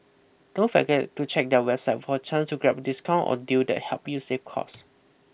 don't forget to check their website for a chance to grab discount or deal that helps you save cost